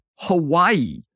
Hawaii